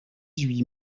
huit